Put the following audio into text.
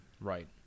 right